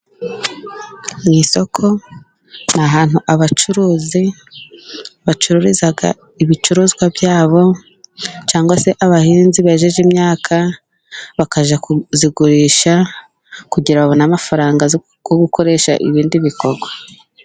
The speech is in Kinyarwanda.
Mu isoko ni ahantu abacuruzi bacururiza, ibicuruzwa byabo cyangwa se abahinzi bejeje imyaka, bakajya kuyigurisha kugira babone amafaranga, yo gukoresha ibindi bikorwa.